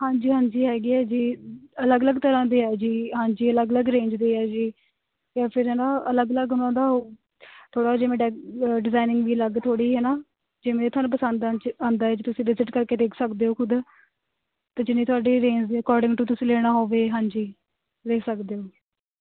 ਹਾਂਜੀ ਹਾਂਜੀ ਹੈਗੇ ਹੈ ਜੀ ਅਲੱਗ ਅਲੱਗ ਤਰ੍ਹਾਂ ਦੇ ਹੈ ਜੀ ਹਾਂਜੀ ਅਲੱਗ ਅਲੱਗ ਰੇਂਜ ਦੇ ਹੈ ਜੀ ਅਤੇ ਫਿਰ ਹੈ ਨਾ ਅਲੱਗ ਅਲੱਗ ਉਹਨਾਂ ਦਾ ਥੋੜਾ ਜਿਵੇਂ ਡਿ ਡਿਜ਼ਾਇਨਿੰਗ ਵੀ ਅਲੱਗ ਥੋੜੀ ਹਨਾ ਜਿਵੇਂ ਤੁਹਾਨੂੰ ਪਸੰਦ ਆਉਂਦਾ ਜੀ ਤੁਸੀਂ ਵਿਜ਼ਿਟ ਕਰਕੇ ਦੇਖ ਸਕਦੇ ਹੋ ਖੁਦ ਅਤੇ ਜਿੰਨੀ ਤੁਹਾਡੀ ਰੇਂਜ ਦੇ ਅਕੋਰਡਿੰਗ ਤੁਸੀਂ ਲੈਣਾ ਹੋਵੇ ਹਾਂਜੀ ਦੇਖ ਸਕਦੇ ਹੋ